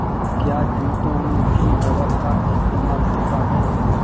क्या जूतों में भी रबर का इस्तेमाल होता है?